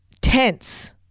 tense